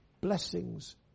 blessings